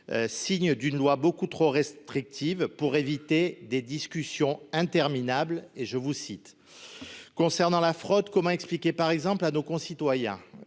signe d'une loi beaucoup trop restrictive pour éviter des discussions interminables, et je vous cite concernant la fraude, comment expliquer, par exemple, à nos concitoyens